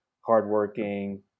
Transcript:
hardworking